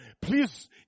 please